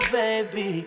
baby